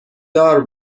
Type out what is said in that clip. دار